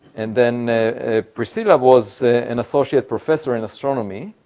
and then priscilla was an associate professor in astronomy,